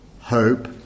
hope